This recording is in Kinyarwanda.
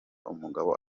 umugabo